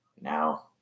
now